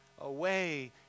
away